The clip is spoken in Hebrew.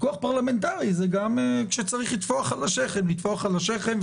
פיקוח פרלמנטרי זה גם לטפוח על השכם כשצריך,